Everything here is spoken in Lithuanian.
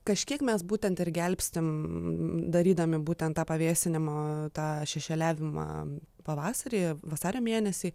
kažkiek mes būtent ir gelbstim darydami būtent tą pavėsinimo tą šešėliavimą pavasaryje vasario mėnesį